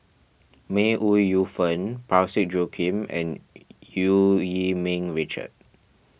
May Ooi Yu Fen Parsick Joaquim and Eu Yee Ming Richard